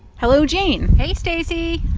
hello, jane hey, stacey